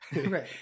Right